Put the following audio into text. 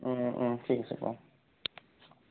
ওম ওম ঠিক আছে বাৰু